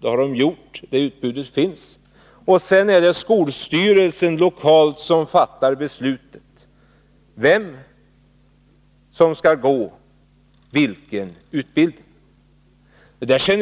Det har den gjort. Det utbudet finns. De lokala skolstyrelserna skall fatta beslut om vem som skall gå och vilken utbildning det gäller.